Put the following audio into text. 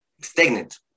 stagnant